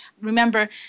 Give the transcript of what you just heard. remember